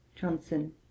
Johnson